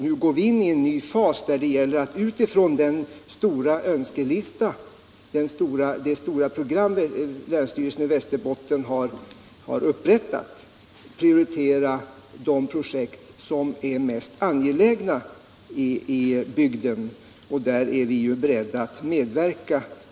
Nu går vi in i en ny fas där det gäller att utifrån det stora program, som länsstyrelsen i Västerbottens län har upprättat, prioritera de projekt som är mest angelägna i bygden, och härvidlag är vi ju beredda att medverka.